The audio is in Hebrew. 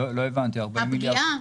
לא הבנתי 40 מיליארד מה?